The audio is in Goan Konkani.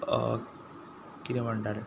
कितें म्हणटा